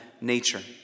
nature